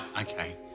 okay